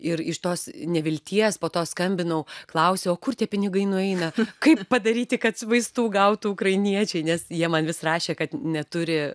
ir iš tos nevilties po to skambinau klausiau o kur tie pinigai nueina kaip padaryti kad vaistų gautų ukrainiečiai nes jie man vis rašė kad neturi